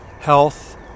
health